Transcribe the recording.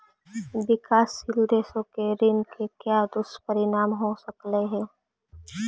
विकासशील देशों के ऋण के क्या दुष्परिणाम हो सकलई हे